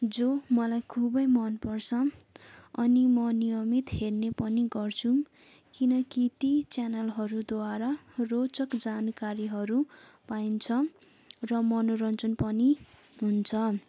जो मलाई खुबै मन पर्छ अनि म नियमित हेर्ने पनि गर्छु किनकि ती च्यानलहरूद्वारा रोचक जानकारीहरू पाइन्छ र मनोरञ्जन पनि हुन्छ